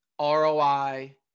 roi